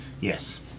Yes